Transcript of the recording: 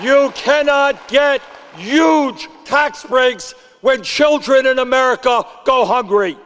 you can not get huge tax breaks when children in america go hungry